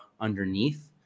underneath